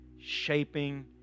shaping